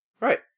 Right